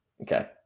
Okay